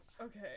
okay